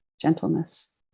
gentleness